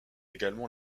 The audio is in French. également